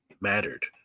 mattered